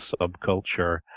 subculture